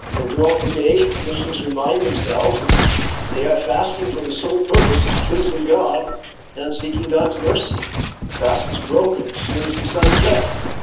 and throughout the day, muslims remind themselves that they have fasting for the sole purpose of pleasing god and seeking god's mercy. the fast is broken as soon as the sun sets,